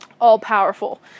all-powerful